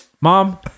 Mom